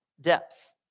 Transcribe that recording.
depth